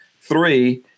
three